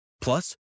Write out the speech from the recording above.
Plus